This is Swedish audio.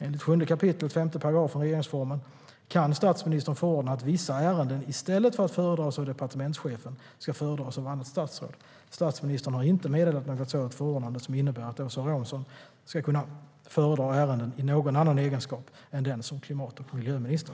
Enligt 7 kap. 5 § regeringsformen kan statsministern förordna att vissa ärenden i stället för att föredras av departementschefen ska föredras av annat statsråd. Statsministern har inte meddelat något sådant förordnande som innebär att Åsa Romson ska kunna föredra ärenden i någon annan egenskap än den som klimat och miljöminister.